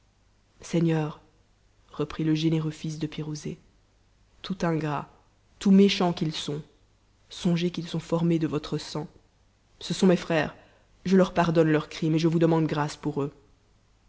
seigneur reprit le généreux fils de pirouzé tout ingrats tout méchants qu'ils sont songez qu'ils sont formés de votre sang ce sont mes frères je leur pardonne leur crime et je vous demande grâce pour eux